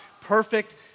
perfect